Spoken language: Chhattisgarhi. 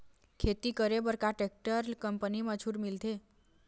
खेती करे बर का टेक्टर कंपनी म छूट मिलथे?